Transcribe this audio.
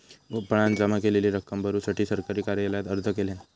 गोपाळान जमा केलेली रक्कम भरुसाठी सरकारी कार्यालयात अर्ज केल्यान